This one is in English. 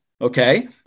Okay